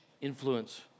influence